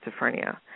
schizophrenia